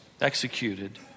executed